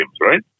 right